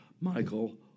Michael